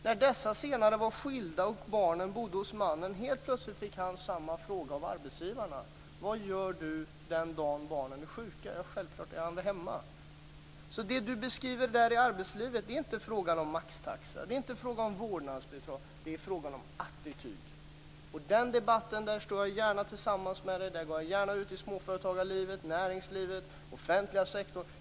När de senare var skilda och barnen bodde hos mannen fick han helt plötsligt samma fråga av arbetsgivaren: Vad gör du den dagen barnen är sjuka? Ja, han är väl hemma. Vad Martin Nilsson beskriver när det gäller arbetslivet handlar inte om maxtaxa eller om vårdnadsbidrag, utan det handlar om attityd. I den debatten står jag gärna tillsammans med Martin Nilsson. Där går jag gärna ut i småföretagarlivet, näringslivet och den offentliga sektorn.